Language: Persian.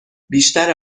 بیشتر